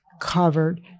covered